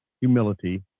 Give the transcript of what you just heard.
humility